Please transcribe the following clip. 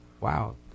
wow